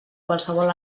qualsevol